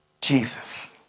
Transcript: Jesus